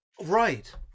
Right